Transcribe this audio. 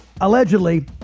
allegedly